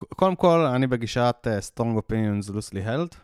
קודם כל אני בגישת Strong Opinions Loosely Held